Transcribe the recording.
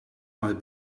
mal